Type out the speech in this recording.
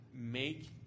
make